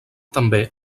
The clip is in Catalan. també